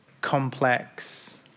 complex